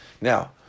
now